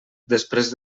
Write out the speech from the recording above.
després